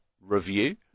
review